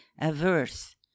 averse